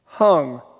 hung